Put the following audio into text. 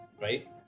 right